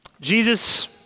Jesus